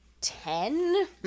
ten